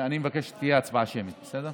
אני מבקש שתהיה הצבעה שמית, בסדר?